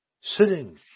sitting